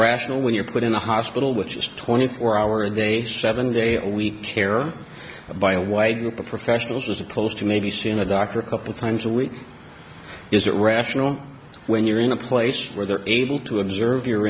rational when you're put in a hospital which is twenty four hour a day seven day a week care by a white group of professionals was to close to maybe seeing a doctor a couple times a week is that rational when you're in a place where they're able to observe your